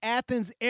Athens